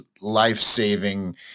life-saving